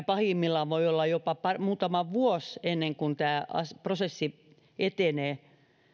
pahimmillaan on voinut olla jopa muutama vuosi ennen kuin tämä prosessi etenee